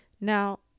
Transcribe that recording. Now